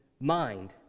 mind